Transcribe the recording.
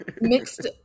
mixed